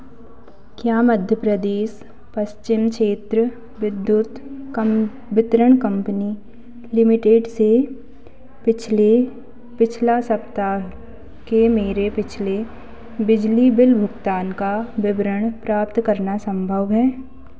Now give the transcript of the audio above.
क्या मध्य प्रदेश पश्चिम क्षेत्र विद्युत कं वितरण कंपनी लिमिटेड से पिछले पिछला सप्ताह के मेरे पिछले बिजली बिल भुगतान का विवरण प्राप्त करना संभव है